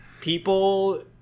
people